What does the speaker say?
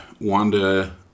Wanda